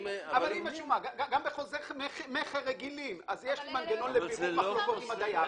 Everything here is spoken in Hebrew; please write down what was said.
גם בחוזי מכר רגילים יש לי מנגנון לבירור מחלוקות עם הדייר.